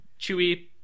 Chewie